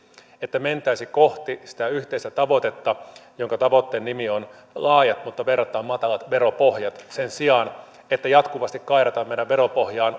että mentäisiin kohti sitä yhteistä tavoitetta jonka nimi on laajat mutta verrattain matalat veropohjat sen sijaan että jatkuvasti kairataan meidän veropohjaan